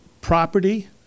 property